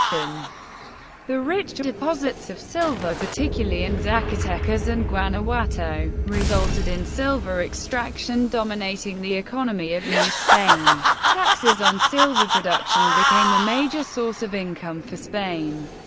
the rich deposits of silver, particularly in zacatecas and guanajuato, resulted in silver extraction dominating the economy of new spain. taxes on silver production became a major source of income for spain.